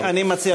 אני מציע,